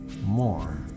more